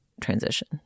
transition